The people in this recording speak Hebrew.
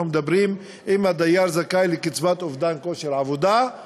אנחנו אומרים שאם הדייר זכאי לקצבת אובדן כושר עבודה,